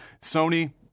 Sony